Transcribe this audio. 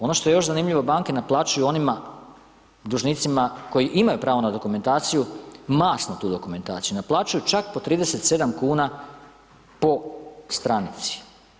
Ono što je još zanimljivo, banke naplaćuju onima dužnicima koji imaju pravo na dokumentaciju, masno tu dokumentaciju, naplaćuju čak po 37,00 kn po stranici.